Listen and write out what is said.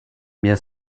bien